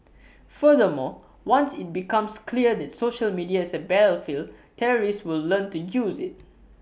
furthermore once IT becomes clear that social media is A battlefield terrorists will learn to use IT